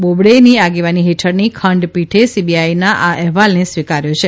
બોબડેની આગેવાની હેઠળની ખંડપીઠે સીબીઆઇના આ અહેવાલને સ્વીકાર્યો છે